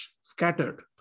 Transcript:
scattered